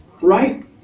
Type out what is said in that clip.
Right